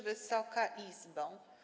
Wysoka Izbo!